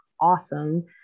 awesome